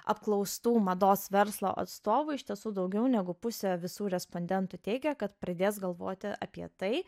apklaustų mados verslo atstovų iš tiesų daugiau negu pusė visų respondentų teigė kad pradės galvoti apie tai